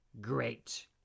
great